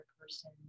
person